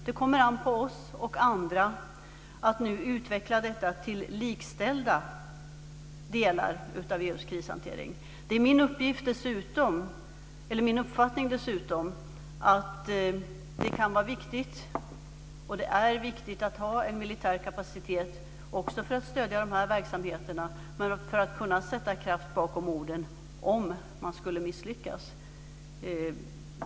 Det kommer an på oss och andra att nu utveckla detta till likställda delar av EU:s krishantering. Det är dessutom min uppfattning att det är viktigt att man har en militär kapacitet för att stödja de här verksamheterna men också för att kunna sätta kraft bakom orden om man skulle misslyckas.